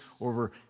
over